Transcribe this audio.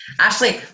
Ashley